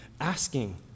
asking